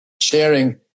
sharing